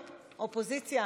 אופוזיציה,